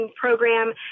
program